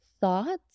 thoughts